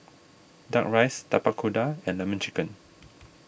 Duck Rice Tapak Kuda and Lemon Chicken